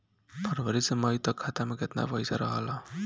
फरवरी से मई तक खाता में केतना पईसा रहल ह?